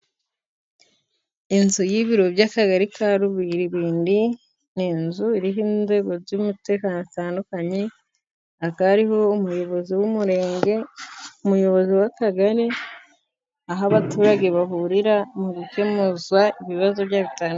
Inzu y'ibiro by'akagari ka Rububindi ni inzu iriho inzego z'umutekano zitandukanye hakaba hariho umuyobozi w'umurenge, umuyobozi w'akagari, aho abaturage bahurira mu gukemuza ibibazo byabo bitandukanye.